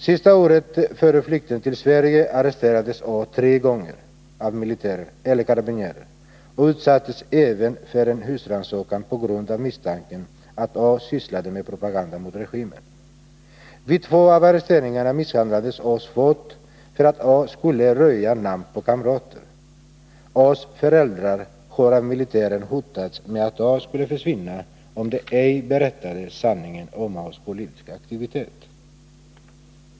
Sista året före flykten till Sverige arresterades A tre gånger av militär eller karabinjärer och utsattes även för en husrannsakan på grund av misstanken att han sysslade med propaganda mot regimen. Vid två av arresteringarna misshandlades A svårt för att han skulle röja namn på kamrater. A:s föräldrar har av militären hotats med att A skulle försvinna om de ej berättade sanningen om A:s politiska aktivitet.